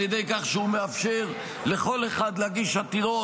על ידי כך שהוא מאפשר לכל אחד להגיש עתירות,